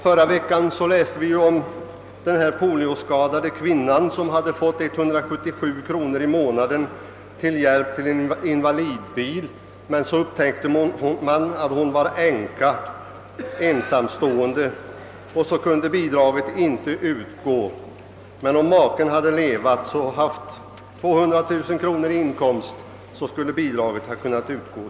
Förra veckan läste vi om den polioskadade kvinnan som fått 177 kronor i månaden till hjälp till en invalidbil — men så upptäckte man att hon var änka och alltså ensamstående, och då kunde bidraget inte utgå. Om emellertid maken levat och haft låt mig säga 200 000 kronor i inkomst skulle bidraget ha kunnat utbetalas!